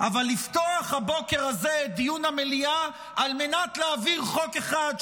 אבל לפתוח הבוקר הזה דיון מליאה על מנת להעביר חוק אחד,